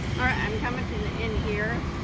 all right. i'm coming to the end here